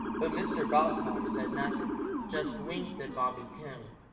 but mr. goshawk said nothing, just winked at bobby coon,